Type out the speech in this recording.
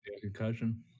Concussion